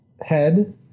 head